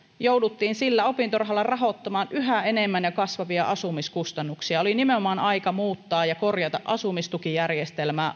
sillä opintorahalla jouduttiin rahoittamaan yhä enemmän ja kasvavia asumiskustannuksia oli nimenomaan aika muuttaa ja korjata asumistukijärjestelmää